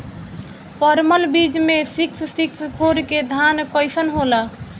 परमल बीज मे सिक्स सिक्स फोर के धान कईसन होला?